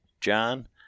john